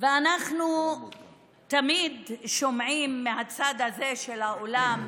אנחנו תמיד שומעים מהצד הזה של האולם,